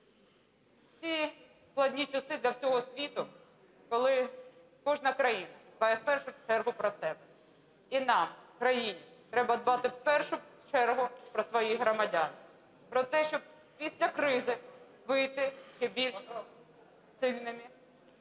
ці складні часи для всього світу, коли кожна країна дбає в першу чергу про себе, і нам, країні, треба дбати в першу чергу про своїх громадян, про те, щоб після кризи вийти більш сильними,